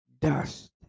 Dust